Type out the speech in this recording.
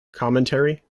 commentary